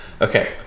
okay